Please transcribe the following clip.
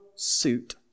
Suit